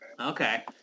Okay